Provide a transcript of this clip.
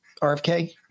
RFK